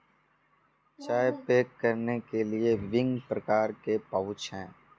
चाय पैक करने के लिए विभिन्न प्रकार के पाउच हैं